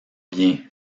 bien